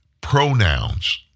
pronouns